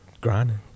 grinding